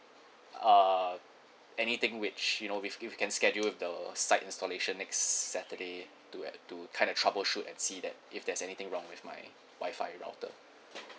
uh anything which you know we~ we can schedule with the side installation next saturday to at to kind of troubleshoot and see that if there's anything wrong with my WI-FI router